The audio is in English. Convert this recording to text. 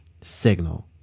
Signal